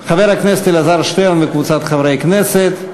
של חבר הכנסת אלעזר שטרן וקבוצת חברי הכנסת.